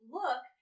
look